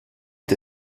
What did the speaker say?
est